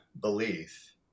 belief